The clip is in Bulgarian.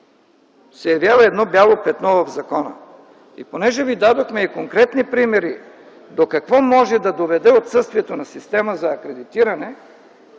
се явява едно бяло петно в закона. Понеже ви дадохме и конкретни примери до какво може да доведе отсъствието на система за акредитиране